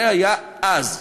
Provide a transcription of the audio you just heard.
זה היה אז,